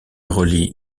relie